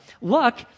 Luck